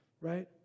right